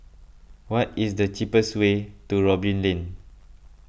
what is the cheapest way to Robin Lane